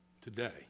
today